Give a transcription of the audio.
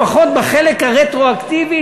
לפחות בחלק הרטרואקטיבי,